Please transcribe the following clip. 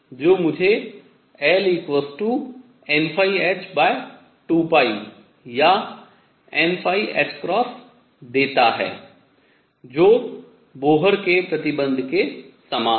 जो मुझे L nϕh2 या n देता है जो बोहर के प्रतिबन्ध के समान है